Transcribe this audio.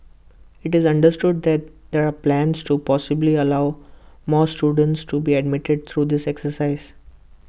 IT is understood that there are plans to possibly allow more students to be admitted through this exercise